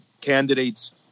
candidates